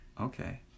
Okay